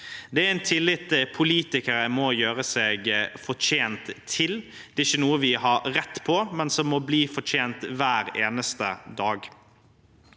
politikere må gjøre seg fortjent til. Det er ikke noe vi har rett på; det må fortjenes hver eneste dag.